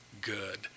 good